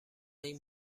این